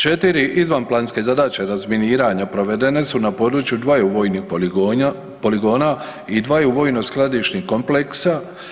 Četiri izvanplanske zadaće razminiranja provedene su na području dvaju vojnih poligona i dvaju vojno skladišnih kompleksa.